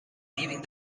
leaving